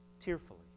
tearfully